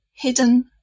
Hidden